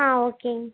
ஆ okay